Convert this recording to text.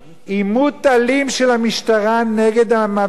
עימות אלים של המשטרה נגד המפגינים,